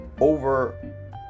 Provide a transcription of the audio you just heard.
over